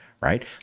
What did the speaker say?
right